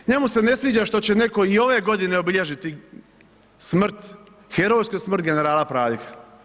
Njemu se ne sviđa što će netko i ove godine obilježiti smrt, herojsku smrt generala Praljka.